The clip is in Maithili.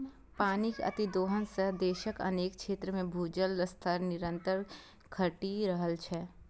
पानिक अतिदोहन सं देशक अनेक क्षेत्र मे भूजल स्तर निरंतर घटि रहल छै